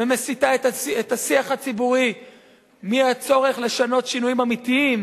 ומסיטה את השיח הציבורי מהצורך לשנות שינויים אמיתיים,